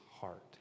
heart